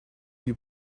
you